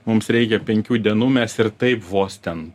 mums reikia penkių dienų mes ir taip vos ten